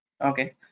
okay